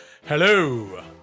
Hello